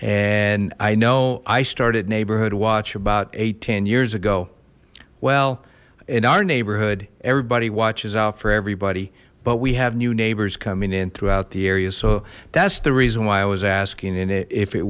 and i know i started neighborhood watch about eight ten years ago well in our neighborhood everybody watches out for everybody but we have new neighbors coming in throughout the area so that's the reason why i was asking and if it